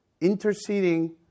interceding